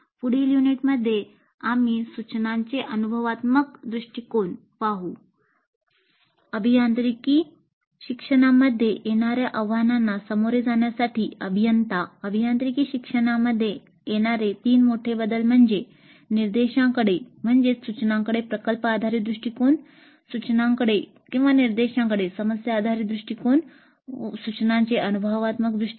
पुढील युनिटमध्ये आम्ही सूचनांचे अनुभवात्मक दृष्टिकोन